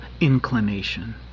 inclination